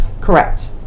Correct